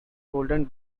golden